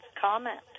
comment